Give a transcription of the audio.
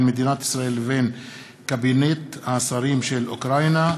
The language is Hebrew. מדינת ישראל לבין קבינט השרים של אוקראינה.